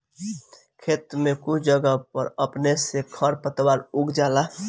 खेत में कुछ जगह पर अपने से खर पातवार उग जाला